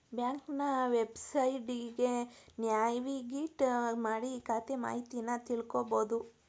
ಬ್ಯಾಂಕ್ನ ವೆಬ್ಸೈಟ್ಗಿ ನ್ಯಾವಿಗೇಟ್ ಮಾಡಿ ಖಾತೆ ಮಾಹಿತಿನಾ ತಿಳ್ಕೋಬೋದು